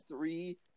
Three